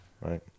right